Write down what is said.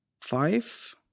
five